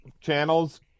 channels